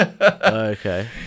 Okay